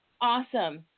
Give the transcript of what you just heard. Awesome